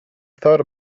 thought